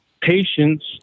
patients